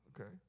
okay